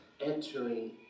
entering